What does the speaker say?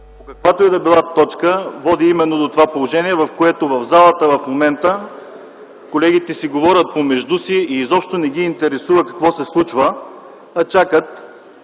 каквато и да било точка води именно до това положение, в което в залата в момента колегите си говорят помежду си и изобщо не ги интересува какво се случва, а чакат